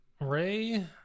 Ray